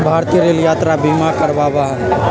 भारतीय रेल यात्रा बीमा करवावा हई